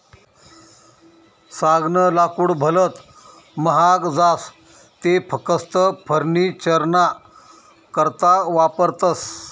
सागनं लाकूड भलत महाग जास ते फकस्त फर्निचरना करता वापरतस